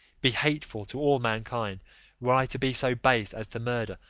be hateful to all mankind were i to be so base as to murder,